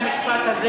בבקשה.